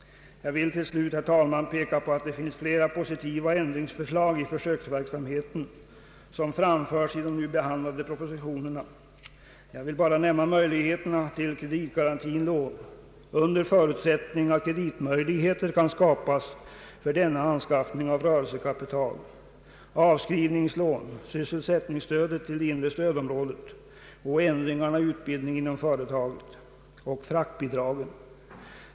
Jag vill till slut, herr talman, peka på att det finns flera positiva ändringsförslag i försöksverksamheten, som framförs i de nu behandlade propositionerna. Jag vill bara nämna möjligheterna till kreditgarantilånen, under förutsättning att kreditmöjligheter kan skapas för anskaffning av rörelsekapital, avskrivningslånen, sysselsättningsstödet till det inre stödområdet, ändringarna i utbildningen inom företagen och fraktbidragen.